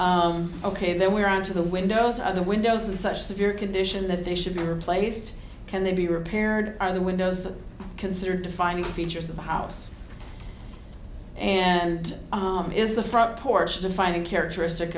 ok then we're onto the windows of the windows in such severe condition that they should be replaced can they be repaired are the windows considered defining features of the house and is the front porch defining characteristic